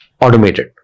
automated